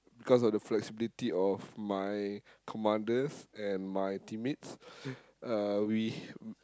cause of the flexibility of my commanders and my teammates uh we